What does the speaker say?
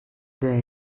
der